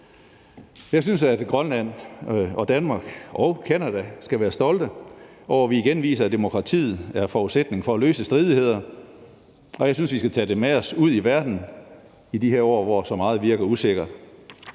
Jeg synes, at Grønland og Danmark og Canada skal være stolte over, at vi igen viser, at demokratiet er forudsætningen for at løse stridigheder, og jeg synes, vi skal tage det med os ud i verden i de her år, hvor så meget virker usikkert.